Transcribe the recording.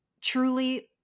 truly